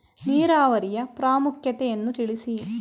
ನೀರಾವರಿಯ ಪ್ರಾಮುಖ್ಯತೆ ಯನ್ನು ತಿಳಿಸಿ?